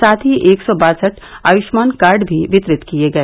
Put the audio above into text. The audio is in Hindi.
साथ ही एक सौ बासठ आयम्मान कार्ड भी वितरित किए गए